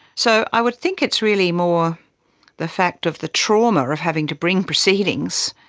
so i would think it's really more the fact of the trauma of having to bring proceedings,